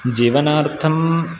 जीवनार्थं